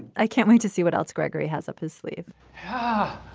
i can't wait to see what else gregory has up his sleeve huh.